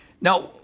Now